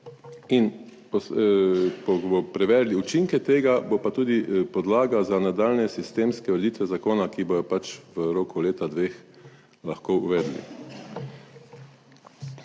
ko bomo prevedli učinke tega, bo pa tudi podlaga za nadaljnje sistemske ureditve zakona, ki bodo pač v roku leta, dveh lahko uvedli.